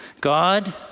God